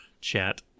chat